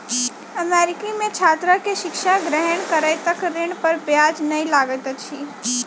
America में छात्र के शिक्षा ग्रहण करै तक ऋण पर ब्याज नै लगैत अछि